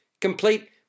complete